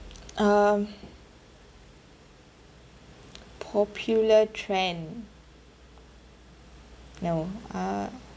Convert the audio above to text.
um popular trend now no uh